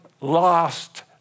lost